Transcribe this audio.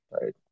right